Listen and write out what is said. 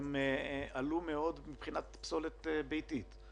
הם עלו מאוד מבחינת פסולת ביתית.